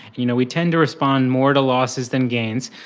you know we tend to respond more to losses than gains.